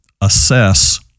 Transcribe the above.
assess